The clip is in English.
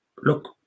look